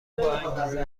باانگیزه